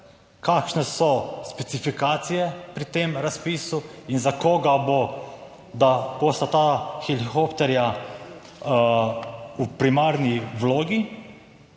kakšne so specifikacije pri tem razpisu in za koga bo, da bosta ta helikopterja v primarni vlogi